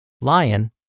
lion